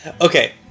Okay